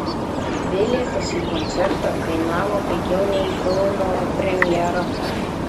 bilietas į koncertą kainavo pigiau nei į filmo premjerą